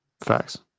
Facts